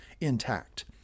intact